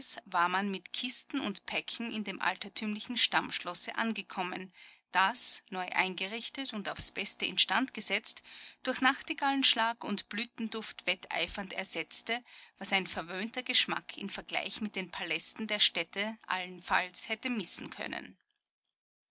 war man mit kisten und päcken in dem altertümlichen stammschlosse angekommen das neu eingerichtet und aufs beste in stand gesetzt durch nachtigallenschlag und blütenduft wetteifernd ersetzte was ein verwöhnter geschmack in vergleich mit den palästen der städte allenfalls hätte vermissen können